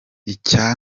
icya